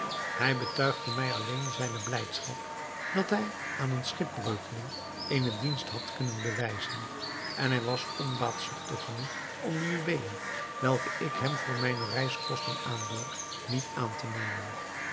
hij betuigde mij alleen zijne blijdschap dat hij aan een schipbreukeling eene dienst had kunnen bewijzen en hij was onbaatzuchtig genoeg om de juweelen welke ik hem voor mijne reiskosten aanbood niet aan te nemen